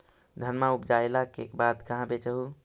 धनमा उपजाईला के बाद कहाँ बेच हू?